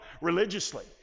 religiously